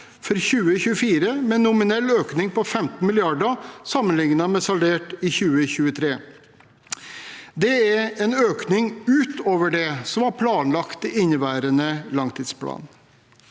for 2024 med en nominell økning på 15 mrd. kr sammenlignet med saldert budsjett for 2023. Det er en økning utover det som var planlagt i inneværende langtidsplan.